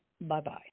Bye-bye